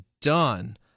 done